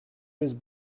was